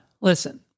Listen